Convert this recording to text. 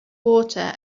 water